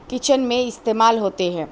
kitchen میں استعمال ہوتے ہیں